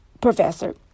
professor